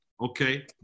okay